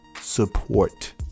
support